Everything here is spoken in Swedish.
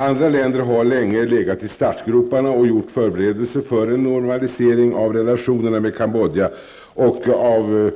Andra länder har länge legat i startgroparna och gjort förberedelser för en normalisering av relationerna med Cambodja. Av